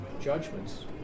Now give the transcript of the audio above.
judgments